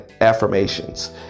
affirmations